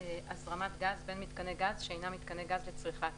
הזרמת גז בין מיתקני גז שאינם מיתקני גז לצריכה עצמית,